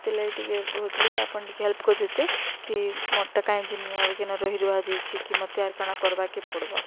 ସେଥିର୍ଲାଗି ଟିକେ କହୁଥିଲି କି ଆପଣ ଟିକେ ହେଲ୍ପ କରିଦେଇତେ କି ମୋରଟା କାଁକି ନିଆ ଆଉ କେନା ରହି ର ବାହାଯାଇଛି କି ମୋତ ତିଆର କାଣା କରବାକେ ପଡ଼ବ